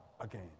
again